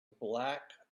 black